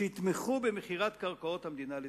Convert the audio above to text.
שיתמכו במכירת קרקעות המדינה לצמיתות.